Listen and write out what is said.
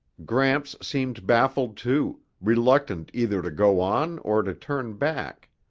gramps seemed baffled, too, reluctant either to go on or to turn back.